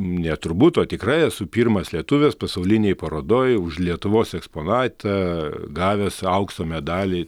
ne turbūt o tikrai esu pirmas lietuvis pasaulinėj parodoj už lietuvos eksponatą gavęs aukso medalį